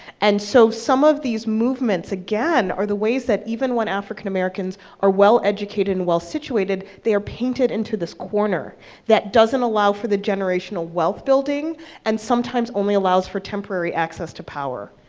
and so some of these movements, again, are the ways that, even when african americans are well-educated and well-situated, they are painted into this corner that doesn't allow for the generational wealth-building and sometimes only allows for temporary access to power.